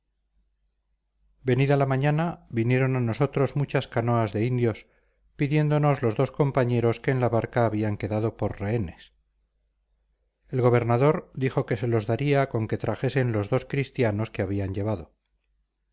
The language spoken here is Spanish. cristianos venida la mañana vinieron a nosotros muchas canoas de indios pidiéndonos los dos compañeros que en la barca habían quedado por rehenes el gobernador dijo que se los daría con que trajesen los dos cristianos que habían llevado